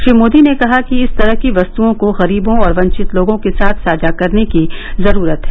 श्री मोदी ने कहा कि इस तरह की वस्तओं को गरीबों और वंचित लोगों के साथ साझा करने की जरूरत है